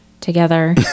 together